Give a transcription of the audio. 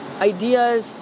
ideas